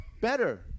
Better